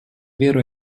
веру